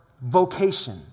vocation